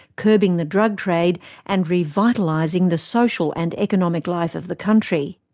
curbing the drug trade and revitalising the social and economic life of the country.